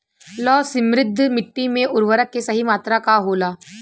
लौह समृद्ध मिट्टी में उर्वरक के सही मात्रा का होला?